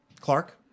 Clark